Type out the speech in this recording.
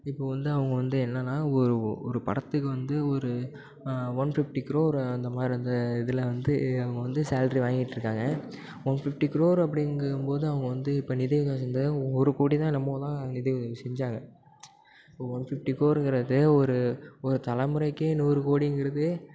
இப்போ வந்து அவங்க வந்து என்னன்னால் ஒரு ஒரு படத்துக்கு வந்து ஒரு ஒன் ஃபிஃப்டி க்ரோர் அந்தமாதிரி வந்து இதில் வந்து அவங்க வந்து சேல்ரி வாங்கிக்கிட்டு இருக்காங்க ஒன் ஃபிஃப்டி க்ரோர் அப்படிங்கும் போது அவங்க வந்து இப்போ நிதி உதவி செஞ்சால் தான் ஒரு கோடி தான் என்னமோ தான் நிதி உதவி செஞ்சாங்க இப்போ ஒன் ஃபிஃப்டி க்ரோர்ங்கிறது ஒரு ஒரு தலைமுறைக்கே நூறு கோடிங்கிறது